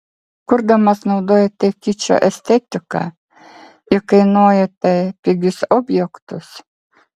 kurdamas naudojate kičo estetiką įkainojate pigius objektus